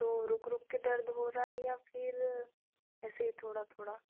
तो रुक रुक के दर्द हो रा है या फिर ऐसे ही थोड़ा थोड़ा